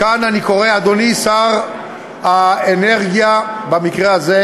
מכאן אני קורא, אדוני שר האנרגיה במקרה הזה,